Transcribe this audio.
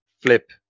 flip